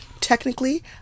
Technically